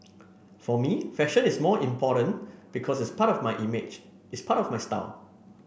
for me fashion is more important because it's part of my image it's part of my style